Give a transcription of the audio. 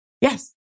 Yes